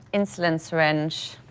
insulin syringe,